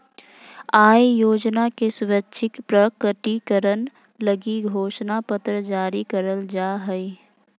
आय योजना के स्वैच्छिक प्रकटीकरण लगी घोषणा पत्र जारी करल जा हइ